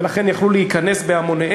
ולכן היו יכולים להיכנס בהמוניהם,